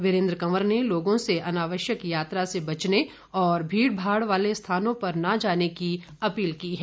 वीरेंद्र कंवर ने लोगों से अनावश्यक यात्रा से बचने और भीड़ भाड़ वाले स्थानों पर न जाने की अपील की है